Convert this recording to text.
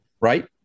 Right